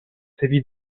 sévit